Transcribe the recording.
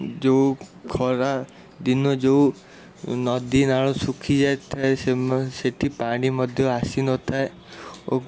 ଯେଉଁ ଖରାଦିନ ଯେଉଁ ନଦୀ ନାଳ ଶୁଖିଯାଏ ଥାଏ ସେମା ସେଇଠି ପାଣି ମଧ୍ୟ ଆସିନଥାଏ ଓ